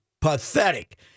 pathetic